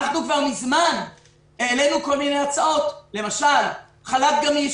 כבר מזמן העלינו כל מיני הצעות, למשל חל"ת גמיש,